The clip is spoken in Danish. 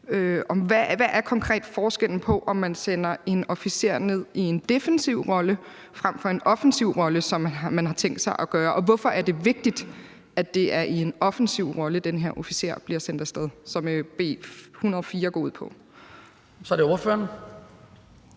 konkret forskellen på, om man sender en officer ud i en defensiv rolle frem for en offensiv rolle, som man har tænkt sig at gøre, og hvorfor er det vigtigt, at den her officer bliver sendt af sted i en offensiv